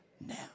now